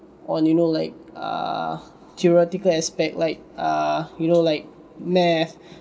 on you know like err theoretical aspect like err you know like math